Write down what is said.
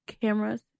cameras